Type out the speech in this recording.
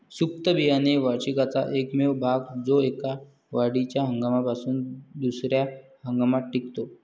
सुप्त बियाणे वार्षिकाचा एकमेव भाग जो एका वाढीच्या हंगामापासून दुसर्या हंगामात टिकतो